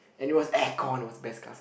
and it was aircon it was best class ever